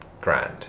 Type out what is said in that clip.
grand